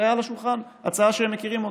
זה היה על השולחן, זאת הצעה שהם מכירים.